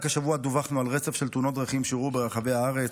רק השבוע דווחנו על רצף של תאונות דרכים שאירעו ברחבי הארץ,